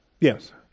yes